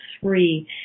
three